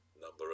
number